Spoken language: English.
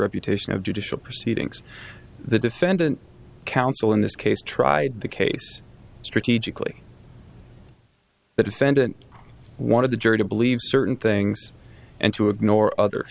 reputation of judicial proceedings the defendant counsel in this case tried the case strategically the defendant one of the jury to believe certain things and to ignore other